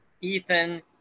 Ethan